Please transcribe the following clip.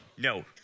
No